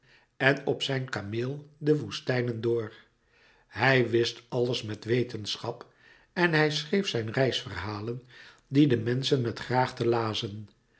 en op zijn kameel de woestijnen door hij wist alles met wetenschap en hij schreef zijn reisverhalen die de menschen met graagte lazen